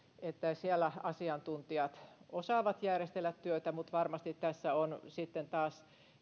siellä asiantuntijat osaavat järjestellä työtä mutta varmasti tässä sitten taas